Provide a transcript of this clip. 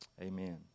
amen